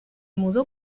mudó